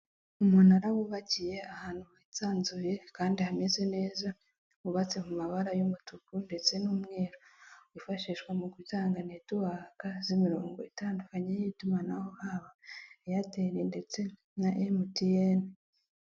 Umunara wubakiye ahantu hisanzuye kandi hameze neza hubatse mu mabara y'umutuku ndetse n'umweru wifashishwa mu gutanga netuwaka z'imirongo itandukanye y'itumanaho haba airtel ndetse na emutiyeni.